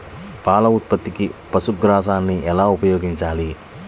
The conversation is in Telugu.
పాల ఉత్పత్తికి పశుగ్రాసాన్ని ఎలా ఉపయోగించాలి?